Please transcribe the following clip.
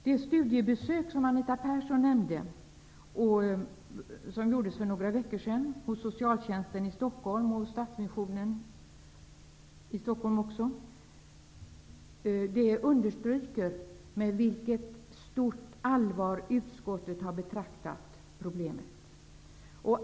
Det studiebesök som Anita Persson nämnde och som gjordes för några veckor sedan hos socialtjänsten i Stockholm och hos Stadsmissionen i Stockholm, understryker med vilket stort allvar utskottet har betraktat problemet.